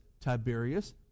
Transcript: Tiberius